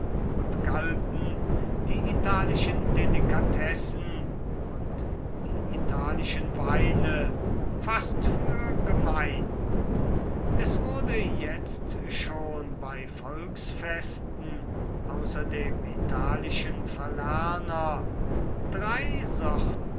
und galten die italischen delikatessen und die italischen weine fast für gemein es wurden jetzt schon bei volksfesten außer dem italischen falerner drei sorten